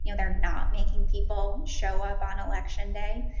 you know they're not making people show up on election day.